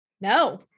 No